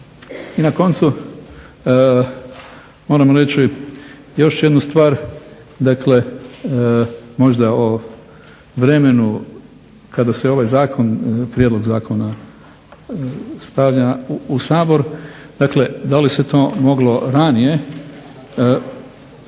I na koncu moram reći još jednu stvar, dakle možda o vremenu kada se ovaj zakon, prijedlog zakona stavlja u Sabor. Dakle, da li se to moglo ranije.